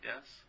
Yes